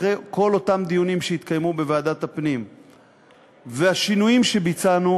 אחרי כל אותם דיונים שהתקיימו בוועדת הפנים והשינויים שביצענו,